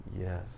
Yes